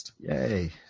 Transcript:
Yay